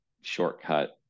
shortcut